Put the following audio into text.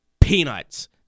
peanuts